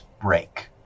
break